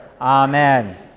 Amen